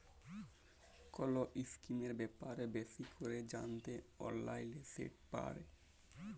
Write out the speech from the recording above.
call ইসকিমের ব্যাপারে বেশি ক্যরে জ্যানতে অললাইলে সেট পায়